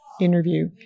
interview